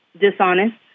dishonest